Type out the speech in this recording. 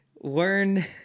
learn